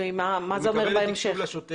מה זה אומר בהמשך?